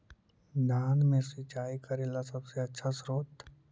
धान मे सिंचाई करे ला सबसे आछा स्त्रोत्र?